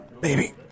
baby